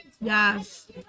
Yes